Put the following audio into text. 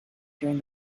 during